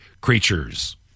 creatures